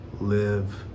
live